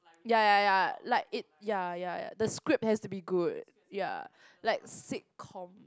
ya ya ya like it ya ya ya the script has to be good ya like sitcom